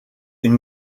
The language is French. une